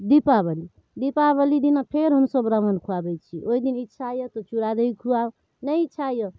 दीपावली दीपावलीदिना फेर हमसभ ब्राह्मण खुआबै छी ओहिदिन इच्छा अइ तऽ चूड़ा दही खुआउ नहि इच्छा अइ